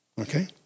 Okay